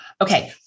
Okay